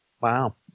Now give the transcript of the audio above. Wow